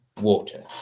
water